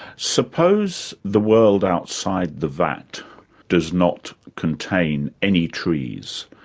suppose the world outside the vat does not contain any trees.